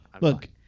Look